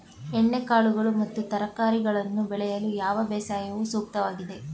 ಎಣ್ಣೆಕಾಳುಗಳು ಮತ್ತು ತರಕಾರಿಗಳನ್ನು ಬೆಳೆಯಲು ಯಾವ ಬೇಸಾಯವು ಸೂಕ್ತವಾಗಿದೆ?